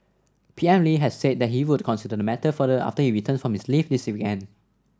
P M Lee has said that he would consider the matter further after he returns from his leave this weekend